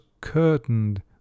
curtained